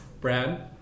brad